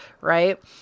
Right